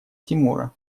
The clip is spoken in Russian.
тимура